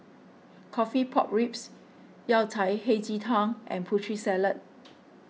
Coffee Pork Ribs Yao Cai Hei Ji Tang and Putri Salad